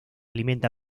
alimenta